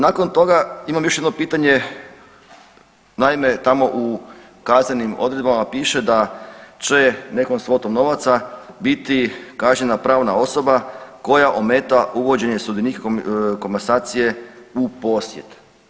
Nakon toga, imam još jedno pitanje, naime tamo u kaznenim odredbama piše da će nekom svotom novaca biti kažnjena pravna osoba koja ometa uvođenje sudionika komasacije u posjed.